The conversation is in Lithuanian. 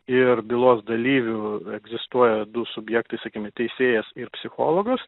ir bylos dalyvių egzistuoja du subjektai sakykime teisėjas ir psichologas